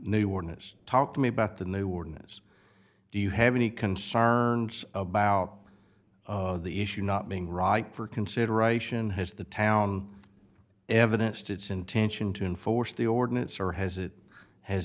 new ordinance talking about the new ordinance do you have any concerns about the issue not being right for consideration has the town evidence to its intention to enforce the ordinance or has it has